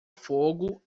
fogo